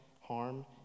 harm